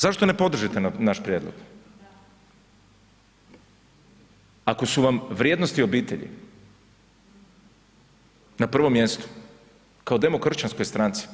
Zašto ne podržite naš prijedlog ako su vam vrijednosti obitelji na prvom mjestu kao demokršćanskoj stranci?